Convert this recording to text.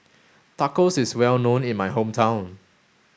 Tacos is well known in my hometown